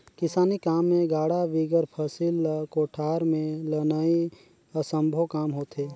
किसानी काम मे गाड़ा बिगर फसिल ल कोठार मे लनई असम्भो काम होथे